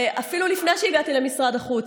אפילו לפני שהגעתי למשרד החוץ.